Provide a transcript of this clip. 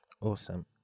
Awesome